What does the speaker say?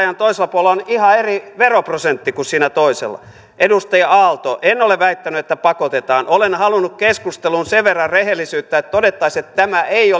rajan toisella puolella on ihan eri veroprosentti kuin siinä toisella edustaja aalto en ole väittänyt että pakotetaan olen halunnut keskusteluun sen verran rehellisyyttä että todettaisiin että tämä ei